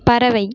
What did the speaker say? பறவை